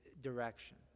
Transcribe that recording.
direction